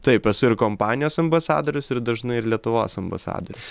taip esu ir kompanijos ambasadorius ir dažnai ir lietuvos ambasadorius